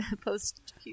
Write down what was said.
post